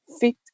fit